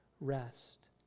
rest